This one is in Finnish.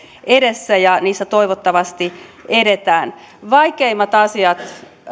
edessä ja neuvotteluissa toivottavasti edetään vaikeimmat asiat